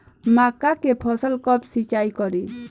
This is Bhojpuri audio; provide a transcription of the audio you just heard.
मका के फ़सल कब सिंचाई करी?